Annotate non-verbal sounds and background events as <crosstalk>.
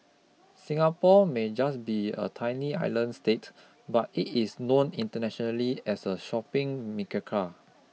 Singapore may just be a tiny island state but it is known internationally as a shopping <unintelligible>